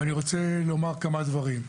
ואני רוצה לומר כמה דברים.